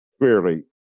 clearly